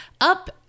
up